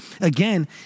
again